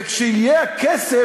וכשיהיה הכסף,